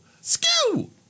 Skew